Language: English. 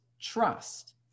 trust